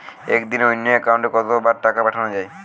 একদিনে অন্য একাউন্টে কত বার টাকা পাঠানো য়ায়?